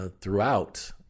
throughout